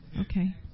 Okay